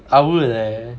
I would eh